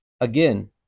again